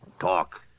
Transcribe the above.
Talk